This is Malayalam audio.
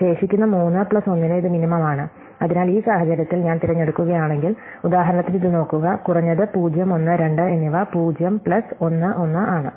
ശേഷിക്കുന്ന മൂന്ന് പ്ലസ് 1 ന് ഇത് മിനിമം ആണ് അതിനാൽ ഈ സാഹചര്യത്തിൽ ഞാൻ തിരഞ്ഞെടുക്കുകയാണെങ്കിൽ ഉദാഹരണത്തിന് ഇത് നോക്കുക കുറഞ്ഞത് 0 1 2 എന്നിവ 0 പ്ലസ് 1 1 ആണ്